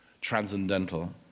transcendental